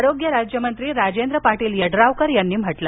आरोग्य राज्यमंत्री राजेंद्र पाटील यड्रावकर यांनी सांगितल